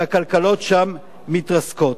שהכלכלות שם מתרסקות,